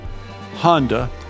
Honda